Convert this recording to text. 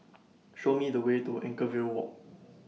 Show Me The Way to Anchorvale Walk